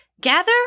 Gather